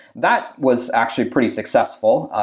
that was actually pretty successful,